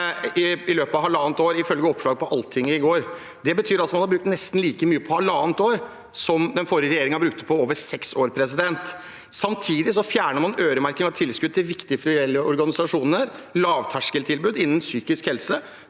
over 50 mill. kr, ifølge oppslag på Altinget går. Det betyr at man har brukt nesten like mye på halvannet år som den forrige regjeringen brukte på over seks år. Samtidig fjerner man øremerking av tilskudd til viktige frivillige organisasjoner – lavterskeltilbud innen psykisk helse.